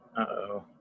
Uh-oh